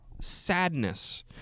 sadness